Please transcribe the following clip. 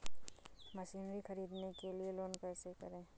Machinery ख़रीदने के लिए लोन कैसे करें?